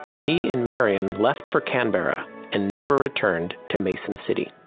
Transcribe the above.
he and marion left for canberra and never returned to mason city.